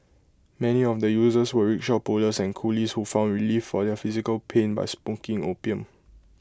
many of the users were rickshaw pullers and coolies who found relief for their physical pain by smoking opium